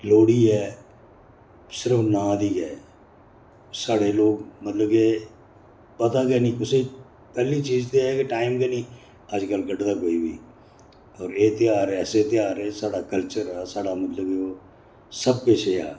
लोह्ड़ी ऐ सिर्फ नांऽ दी ऐ स्हाड़े लोग मतलब के पता गै नी कुसै गी पैह्ली चीज ते एह् कि टाइम गै नी अज्जकल कड्ढा कोई बी होर एह् त्यहार ऐसा त्यहार ऐ स्हाड़ा कल्चर साढ़ा मतलब कि ओह् सब किश एह् हा